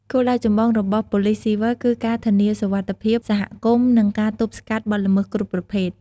គោលដៅចម្បងរបស់ប៉ូលិសស៊ីវិលគឺការធានាសុវត្ថិភាពសហគមន៍និងការទប់ស្កាត់បទល្មើសគ្រប់ប្រភេទ។